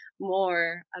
more